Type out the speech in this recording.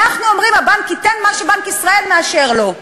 אנחנו אומרים: הבנק ייתן מה שבנק ישראל מאשר לו.